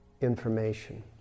information